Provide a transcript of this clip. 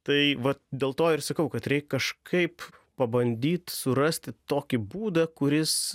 tai vat dėl to ir sakau kad reik kažkaip pabandyt surasti tokį būdą kuris